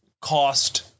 cost